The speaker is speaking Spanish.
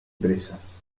presas